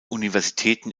universitäten